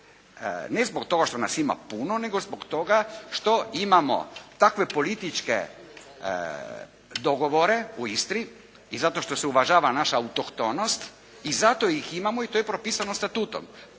ne zbog toga što nas ima puno nego zbog toga što imamo takve političke dogovore u Istri i zato što se uvažava naša autohtonost i zato ih imamo i to je propisano Statutom,